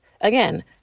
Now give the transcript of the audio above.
again